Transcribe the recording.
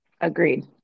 Agreed